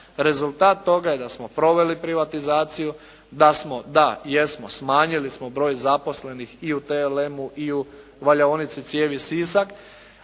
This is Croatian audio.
Rezultat toga je da smo proveli privatizaciju, da jesmo, smanjili smo broj zaposlenih i u TLM-u i u Valjaonici cijevi Sisak